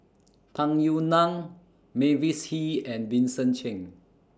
Tung Yue Nang Mavis Hee and Vincent Cheng